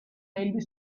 railway